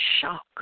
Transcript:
shock